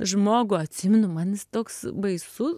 žmogų atsimenu man jis toks baisus